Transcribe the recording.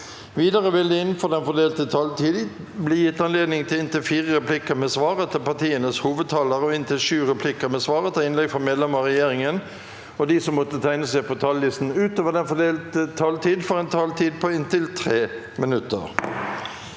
Videre vil det – innenfor den fordelte taletid – bli gitt anledning til inntil fire replikker med svar etter partienes hovedtalere og inntil sju replikker med svar etter innlegg fra medlemmer av regjeringen. De som måtte tegne seg på talerlisten utover den fordelte taletid, får en taletid på inntil 3 minutter.